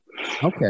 Okay